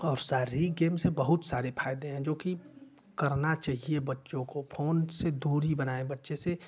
और शारिरिक गेम से बहुत सारे फायदे हैं जो कि करना चाहिए बच्चों को फोन से दूरी बनाए बच्चे से